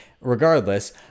regardless